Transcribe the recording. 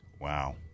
Wow